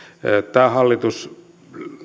tämä hallitus